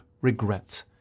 regret